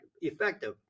effective